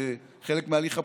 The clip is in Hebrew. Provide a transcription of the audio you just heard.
זה חלק מההליך הפוליטי,